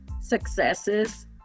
successes